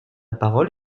parole